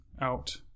out